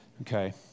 okay